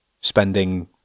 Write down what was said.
spending